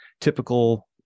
typical